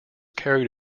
carried